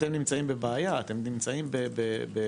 אתם נמצאים בבעיה, ולכן